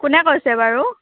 কোনে কৈছে বাৰু